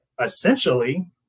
essentially